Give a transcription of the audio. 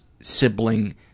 sibling